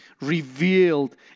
revealed